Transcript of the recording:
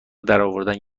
درآوردن